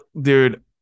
dude